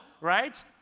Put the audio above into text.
right